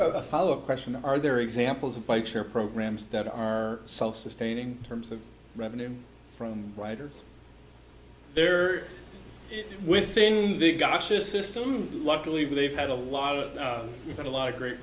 a follow up question are there examples of bikes or programs that are self sustaining terms of revenue from writers there within the gotcha system luckily they've had a lot of we've got a lot of great